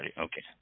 Okay